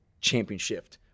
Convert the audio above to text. championship